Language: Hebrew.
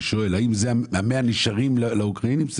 אני שואל האם ה-100 נשארים לטיפול באוקראינים?